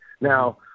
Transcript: Now